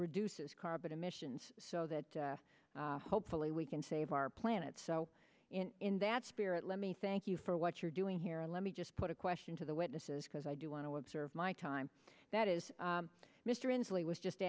reduces carbon emissions so that hopefully we can save our planet so in that spirit let me thank you for what you're doing here let me just put a question to the witnesses because i do want to observe my time that is mr inslee was just